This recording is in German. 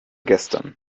gestern